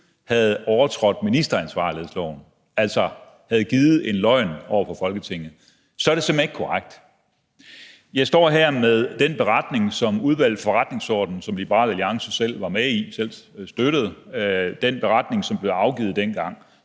havde overtrådt ministeransvarlighedsloven, altså havde givet en løgn over for Folketinget, så er det simpelt hen ikke korrekt. Jeg står her med den beretning, som Udvalget for Forretningsordenen, som Liberal Alliance selv var med i, afgav dengang, og som Liberal